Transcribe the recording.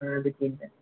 दू तीनटा